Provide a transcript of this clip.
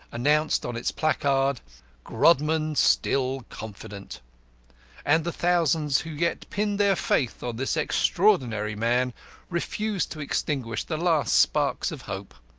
announced on its placard grodman still confident and the thousands who yet pinned their faith on this extraordinary man refused to extinguish the last sparks of hope.